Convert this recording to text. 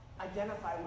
identify